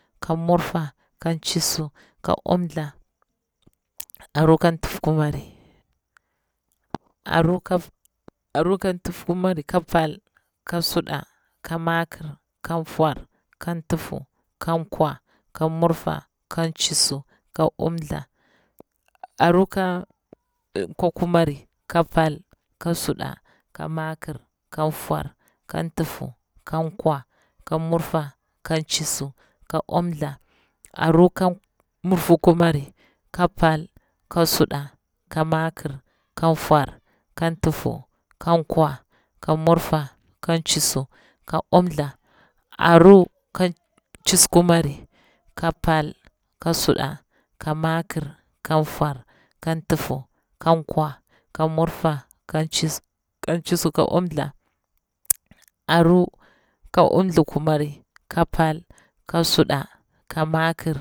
Ka murfa kan chisu ka umtha aru ka tufkumari, aru ka aru fa tufkumari ka pal, ka suɗa, ka makir, kan fwar, kan dufu, kan kwa, ka murfa, kan chisu ka umtha, aru ka kwakumari, ka pal, ka suɗa, ka makir, kan fwar, kan tufu, kan kwa, ka murfa, kan chisu ka umtha, aru ka murfu kumari, ka pal, ka suɗa, ka makir, kan fwar, kan tufu, kan kwa, ka murfa, kan cisu, ka umtha, aru ka chisukumari, ka pal, ka suɗa, ka makir, kan fwar, kan tufu, kan kwa, ka murfa, kan cisu. kan cisu, ka umtha, aru ka umthukumari, ka pal, kasuɗa, ka makir